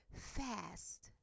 fast